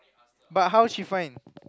but how she find